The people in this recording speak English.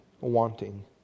wanting